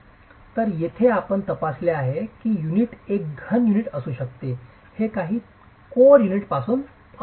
तर येथे आपण हे तपासले आहे की युनिट एक घन युनिट असू शकते हे काही कोर युनिट असू शकते